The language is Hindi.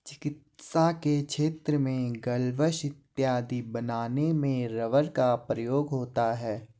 चिकित्सा के क्षेत्र में ग्लब्स इत्यादि बनाने में रबर का प्रयोग होता है